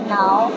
now